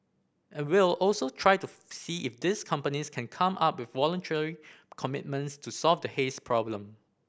and we'll also try to see if these companies can come up with voluntary commitments to solve the haze problem